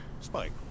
Spike